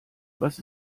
was